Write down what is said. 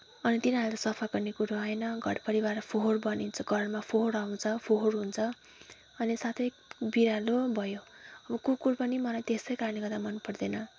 अनि तिनीहरूले त सफा गर्ने कुरो आएन घर परिवार फोहोर बनिन्छ घरमा फोहोर आउँछ फोहोर हुन्छ अनि साथै बिरालो भयो अब कुकुर पनि मलाई त्यसै कारणले गर्दा मनपर्दैन